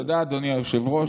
תודה, אדוני היושב-ראש.